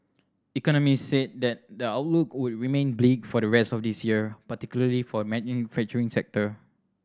economists said the outlook would remain bleak for the rest of this year particularly for the manufacturing sector